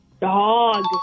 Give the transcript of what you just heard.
Dog